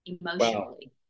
emotionally